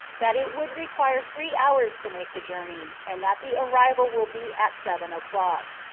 that it would require three hours to make the journey, and that the arrival will be at seven o'clock.